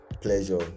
pleasure